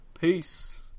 Peace